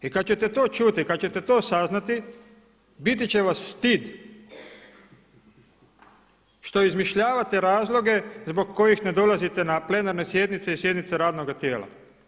I kada ćete to čuti, kada ćete to saznati, biti će vas stid što izmišljavate razloge zbog kojih ne dolazite na plenarne sjednice i sjednice radnoga tijela.